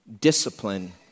discipline